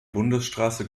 bundesstraße